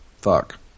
Fuck